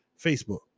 Facebook